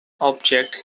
object